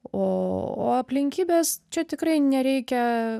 o o aplinkybės čia tikrai nereikia